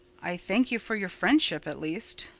i thank you for your friendship, at least.